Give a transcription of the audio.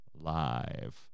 live